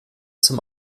zum